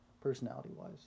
personality-wise